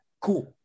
Cool